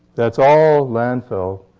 that's all landfill,